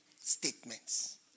statements